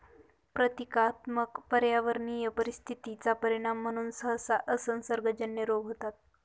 प्रतीकात्मक पर्यावरणीय परिस्थिती चा परिणाम म्हणून सहसा असंसर्गजन्य रोग होतात